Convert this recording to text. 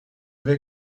vais